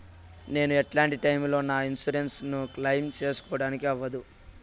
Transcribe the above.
నేను ఎట్లాంటి టైములో నా ఇన్సూరెన్సు ను క్లెయిమ్ సేసుకోవడానికి అవ్వదు?